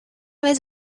vez